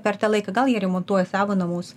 per tą laiką gal jie remontuoja savo namus